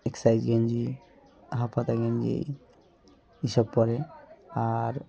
exercise গেঞ্জি half হাতা গেঞ্জি এসব পরে আর